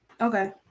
okay